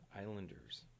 Islanders